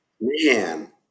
Man